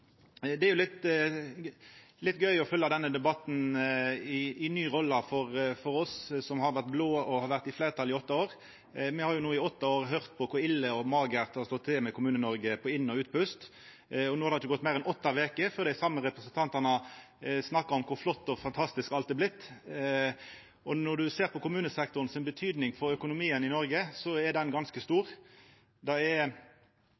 Det er jo litt gøy å følgja denne debatten i ei ny rolle for oss blå, som har hatt fleirtal i åtte år. Me har i åtte år høyrt på kor ille og magert det har vore i Kommune-Noreg, på inn- og utpust, og no har det ikkje gått meir enn åtte veker før dei same representantane snakkar om kor flott og fantastisk alt er vorte. Betydinga kommunesektoren har for økonomien i Noreg, er ganske stor – ca. 19 pst. av BNP for Innlands-Noreg. Ein av fem som jobbar i Noreg, jobbar i kommunesektoren, så det er